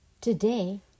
Today